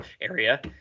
area